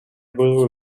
will